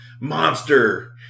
monster